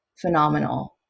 phenomenal